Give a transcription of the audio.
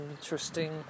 interesting